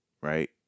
Right